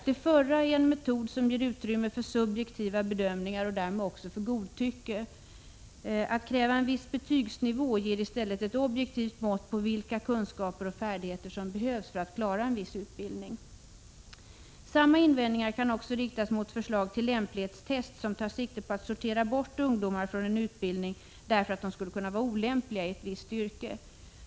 Det förra är en metod som ger utrymme för subjektiva bedömningar och därmed också för godtycke. Att kräva en viss betygsnivå ger i stället ett objektivt mått på vilka kunskaper och färdigheter som behövs för att eleverna skall klara en viss utbildning. Samma invändningar kan också riktas mot förslag till lämplighetstest som tar sikte på att sortera bort ungdomar från en utbildning därför att de skulle kunna vara olämpliga i ett visst yrke.